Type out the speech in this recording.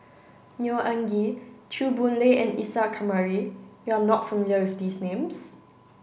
Neo Anngee Chew Boon Lay and Isa Kamari you are not familiar with these names